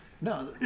No